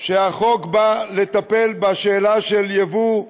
שהחוק בא לטפל בשאלה של יבוא,